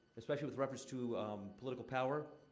especially with reference to political power.